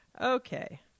Okay